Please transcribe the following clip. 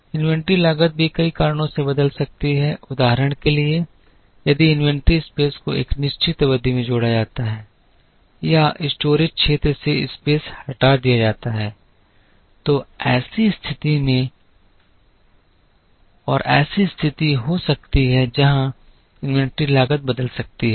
inventory लागत भी कई कारणों से बदल सकती है उदाहरण के लिए यदि इन्वेंट्री स्पेस को एक निश्चित अवधि में जोड़ा जाता है या स्टोरेज क्षेत्र से स्पेस हटा दिया जाता है तो ऐसी स्थिति हो सकती है जहां इन्वेंट्री लागत बदल सकती है